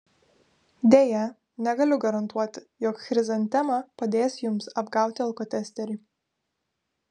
deja negaliu garantuoti jog chrizantema padės jums apgauti alkotesterį